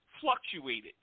fluctuated